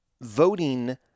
voting—